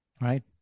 right